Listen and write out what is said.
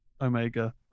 Omega